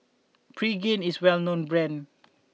Pregain is well known brand